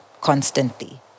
constantly